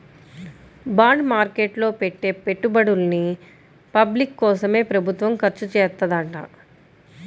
bond market లో పెట్టే పెట్టుబడుల్ని పబ్లిక్ కోసమే ప్రభుత్వం ఖర్చుచేత్తదంట